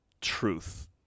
truth